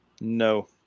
No